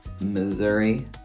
Missouri